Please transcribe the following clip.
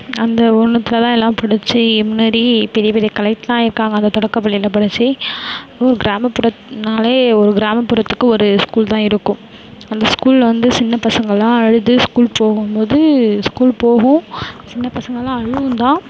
அந்த ஒன்றுத்துல தான் எல்லாம் படிச்சு முன்னேறி பெரிய பெரிய கலெக்ட்லாம் ஆகிருக்காங்க அந்த தொடக்கப்பள்ளியில் படிச்சு ஊர் கிராமப்புறத்துனாலே ஒரு கிராமப்புறத்துக்கு ஒரு ஸ்கூல் தான் இருக்கும் அந்த ஸ்கூலில் வந்து சின்ன பசங்களெலாம் அழுது ஸ்கூல் போகும்போது ஸ்கூல் போகும் சின்ன பசங்களெலாம் அழுவும் தான்